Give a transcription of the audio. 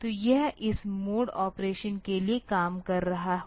तो यह इस मोड ऑपरेशन के लिए काम कर रहा होगा